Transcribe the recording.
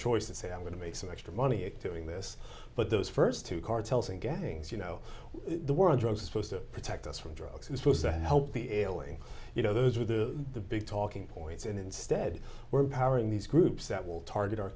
and say i'm going to make some extra money acting this but those first two cartels and gangs you know the war on drugs are supposed to protect us from drugs is supposed to help the ailing you know those are the the big talking points and instead we're powering these groups that will target our